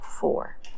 Four